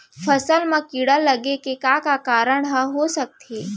फसल म कीड़ा लगे के का का कारण ह हो सकथे?